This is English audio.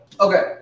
okay